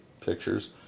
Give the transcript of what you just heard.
pictures